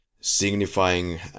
Signifying